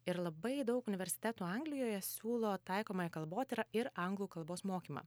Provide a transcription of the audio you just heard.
ir labai daug universitetų anglijoje siūlo taikomąją kalbotyrą ir anglų kalbos mokymą